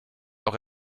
auch